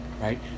right